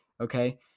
Okay